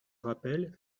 rappelle